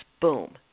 Boom